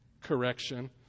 Correction